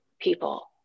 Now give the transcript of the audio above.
people